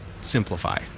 simplify